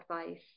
advice